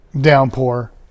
downpour